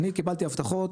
אני קיבלתי הבטחות